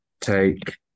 take